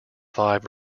five